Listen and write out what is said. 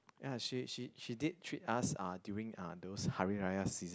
ya she she she did treat us uh during uh those Hari-Raya season